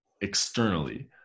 externally